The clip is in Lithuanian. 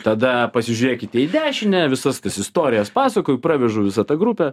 tada pasižiūrėkite į dešinę visas tas istorijas pasakoju pravežu visą tą grupę